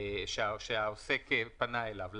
שהעוסק פנה אליו,